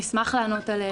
אשמח לענות על שאלות.